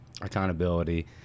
accountability